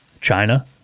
China